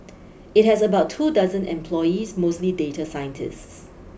it has about two dozen employees mostly data scientists